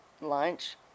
lunch